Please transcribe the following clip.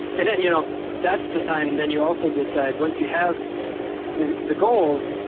and then you know that's the time, then you also decide once you have the the goals,